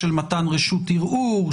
של מתן רשות ערעור,